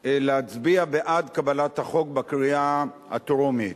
להצביע בעד קבלת החוק בקריאה הטרומית.